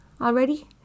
already